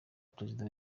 perezida